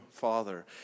father